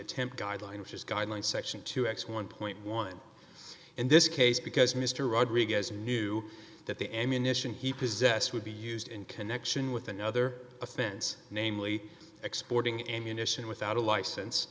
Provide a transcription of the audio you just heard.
attempt guideline which is guidelines section two x one dollar in this case because mr rodriguez knew that the ammunition he possessed would be used in connection with another offense namely exporting ammunition without a license